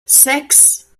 sechs